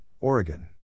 Oregon